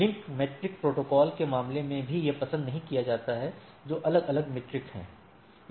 link metric protocol के मामले में भी यह पसंद नहीं किया जाता है जो अलग अलग मीट्रिक है